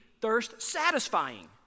thirst-satisfying